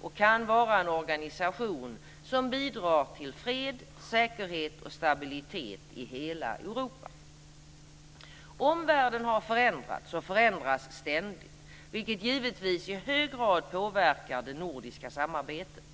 och kan vara en organisation som bidrar till fred, säkerhet och stabilitet i hela Europa. Omvärlden har förändrats och förändras ständigt, vilket givetvis i hög grad påverkar det nordiska samarbetet.